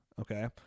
Okay